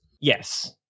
Yes